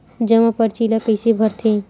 जमा परची ल कइसे भरथे?